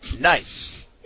Nice